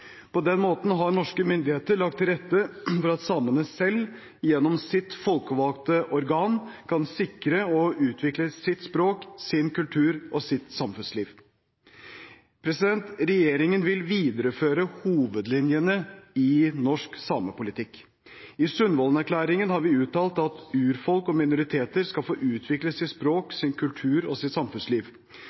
På denne måten har norske myndigheter lagt til rette for at samene selv, gjennom sitt folkevalgte organ, kan sikre og utvikle sitt språk, sin kultur og sitt samfunnsliv. Regjeringen vil videreføre hovedlinjene i norsk samepolitikk. I Sundvolden-erklæringen har vi uttalt at urfolk og minoriteter skal få utvikle sitt språk, sin kultur og sitt samfunnsliv.